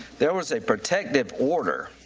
there was a protective order